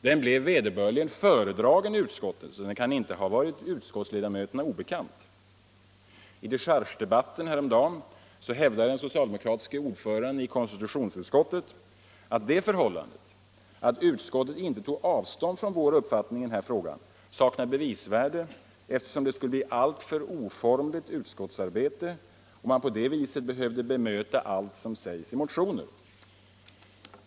Den blev vederbörligen föredragen i utskottet, så den kan inte ha varit utskottsledamöterna obekant. I dechargedebatten häromdagen hävdade den socialdemokratiske ordföranden i konstitutionsutskottet att det förhållandet att utskottet inte tog avstånd från vår uppfattning i denna fråga saknar bevisvärde eftersom det skulle bli ett alltför oformligt utskottsarbete om man på det viset behövde bemöta allt som sägs i motioner.